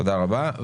תודה רבה.